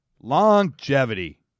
longevity